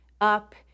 up